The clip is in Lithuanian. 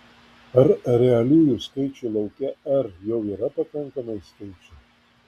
ar realiųjų skaičių lauke r jau yra pakankamai skaičių